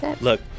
Look